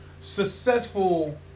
successful